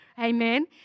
amen